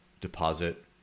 deposit